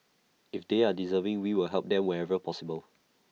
if they are deserving we will help them wherever possible